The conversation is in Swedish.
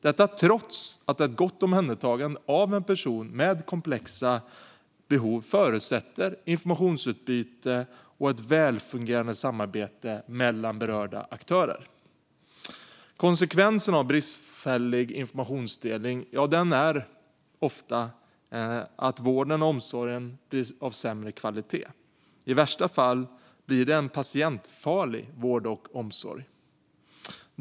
Detta trots att ett gott omhändertagande av en person med komplexa behov förutsätter informationsutbyte och ett välfungerade samarbete mellan berörda aktörer. Konsekvensen av bristfällig informationsdelning blir ofta en vård och omsorg av sämre kvalitet. I värsta fall blir det en patientfarlig vård och omsorg.